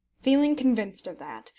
feeling convinced of that,